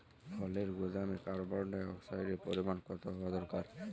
ফলের গুদামে কার্বন ডাই অক্সাইডের পরিমাণ কত হওয়া দরকার?